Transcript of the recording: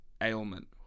ailment